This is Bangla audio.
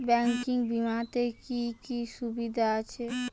ব্যাঙ্কিং বিমাতে কি কি সুবিধা আছে?